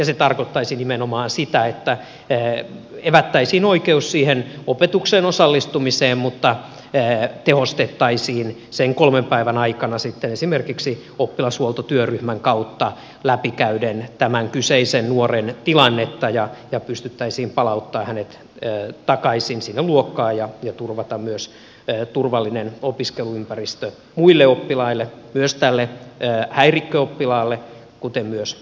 se tarkoittaisi nimenomaan sitä että evättäisiin oikeus siihen opetukseen osallistumiseen mutta tehostettaisiin sen kolmen päivän aikana sitten esimerkiksi oppilashuoltotyöryhmän kautta läpi käyden tämän kyseisen nuoren tilannetta ja pystyttäisiin palauttamaan hänet takaisin sinne luokkaan ja turvaamaan myös turvallinen opiskeluympäristö muille oppilaille myös tälle häirikköoppilaalle kuten myös opettajille